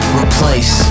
replace